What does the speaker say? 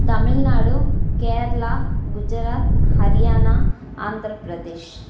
Tamil Nadu Kerala Gujarat Haryana Andhra Pradesh